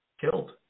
killed